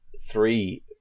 three